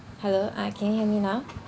hello ah can you hear me now